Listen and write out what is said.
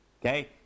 Okay